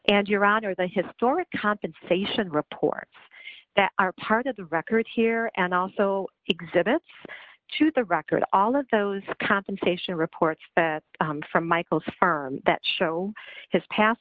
and your honor the historic compensation reports that are part of the record here and also exhibits to the record all of those compensation reports from michael's firm that show his past